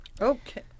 Okay